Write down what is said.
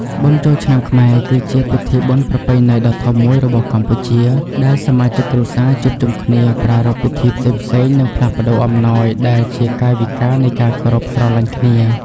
បុណ្យចូលឆ្នាំខ្មែរ គឺជាពិធីបុណ្យប្រពៃណីដ៏ធំមួយរបស់កម្ពុជា ដែលសមាជិកគ្រួសារជួបជុំគ្នា ប្រារព្ធពិធីផ្សេងៗ និងផ្លាស់ប្តូរអំណោយដែលជាកាយវិការនៃការគោរពស្រឡាញ់គ្នា។